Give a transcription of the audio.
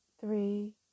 three